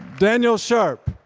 daniel sharp